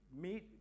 meet